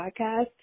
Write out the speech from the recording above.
podcast